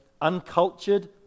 uncultured